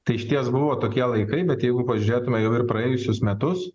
tai išties buvo tokie laikai bet jeigu pažiūrėtume jau ir praėjusius metus